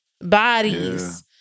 bodies